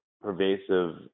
pervasive